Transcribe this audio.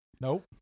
Nope